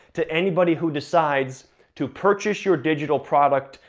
to anybody who decides to purchase your digital product,